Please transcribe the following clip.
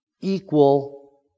equal